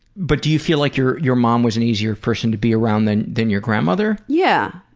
but do you feel like your your mom was an easier person to be around than than your grandmother? yeah,